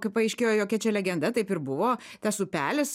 kai paaiškėjo jokia čia legenda taip ir buvo tas upelis